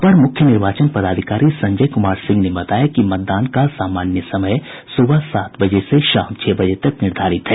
अपर मुख्य निर्वाचन पदाधिकारी संजय कुमार सिंह ने बताया कि मतदान का सामान्य समय सुबह सात बजे से शाम छह बजे तक निर्धारित है